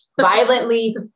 violently